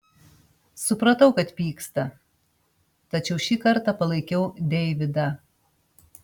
supratau kad pyksta tačiau šį kartą palaikiau deividą